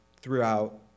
throughout